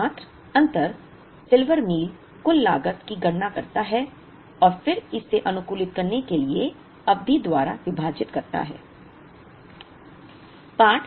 एकमात्र अंतर silver meal कुल लागत की गणना करता है और फिर इसे अनुकूलित करने के लिए अवधि द्वारा विभाजित करता है